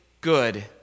good